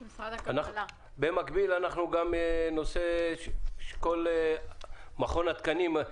במקביל, כל הנושא של מכון התקנים.